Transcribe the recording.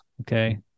okay